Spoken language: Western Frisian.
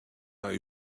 nei